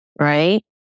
right